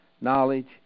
knowledge